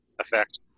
effect